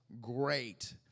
great